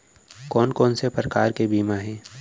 कोन कोन से प्रकार के बीमा हे?